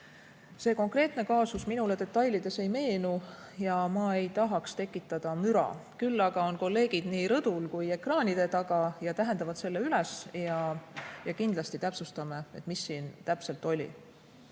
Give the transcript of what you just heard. See konkreetne kaasus minule detailides ei meenu ja ma ei tahaks tekitada müra. Küll aga on mu kolleegid nii rõdul kui ka ekraanide taga, nemad tähendavad selle üles ja kindlasti täpsustame, mis siin täpselt oli.